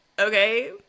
okay